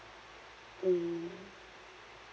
mm